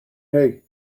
hay